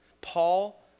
Paul